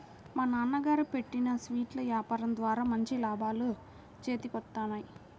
మా నాన్నగారు పెట్టిన స్వీట్ల యాపారం ద్వారా మంచి లాభాలు చేతికొత్తన్నాయి